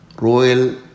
royal